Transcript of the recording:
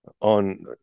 on